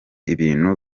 ibintu